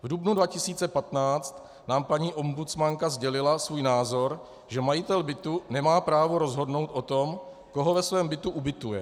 V dubnu 2015 nám paní ombudsmanka sdělila svůj názor, že majitel bytu nemá právo rozhodnout o tom, koho ve svém bytě ubytuje.